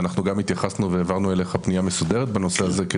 ואנחנו גם התייחסנו והעברנו אליך פנייה מסודרת בנושא הזה,